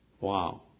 Wow